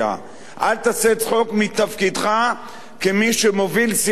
אל תעשה צחוק מתפקידך כמי שמוביל סיעה גדולה.